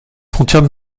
frontières